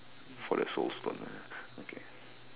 for the soul stone okay